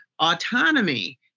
autonomy